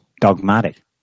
dogmatic